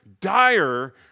dire